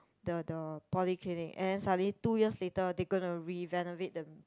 the the polyclinic and then suddenly two years later they gonna renovate the